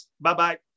Bye-bye